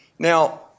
Now